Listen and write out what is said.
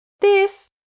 This